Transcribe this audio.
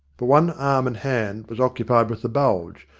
but one arm and hand was occupied with the bulge,